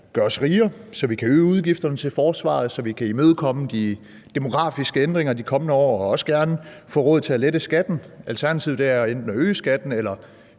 gør os rigere, så vi kan øge udgifterne til forsvaret, så vi kan imødekomme de demografiske ændringer de kommende år og også gerne få råd til at lette skatten. Alternativet er enten at øge skatten eller